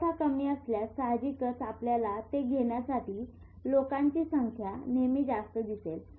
पुरवठा कमी असल्यास साहजिकचआपल्याला ते घेण्यासाठी लोकांची संख्या नेहमी जास्त दिसेल